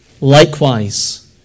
Likewise